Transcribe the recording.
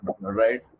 right